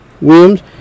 Williams